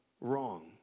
wrong